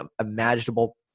imaginable